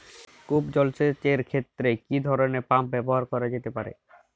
কূপ জলসেচ এর ক্ষেত্রে কি ধরনের পাম্প ব্যবহার করা যেতে পারে?